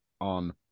on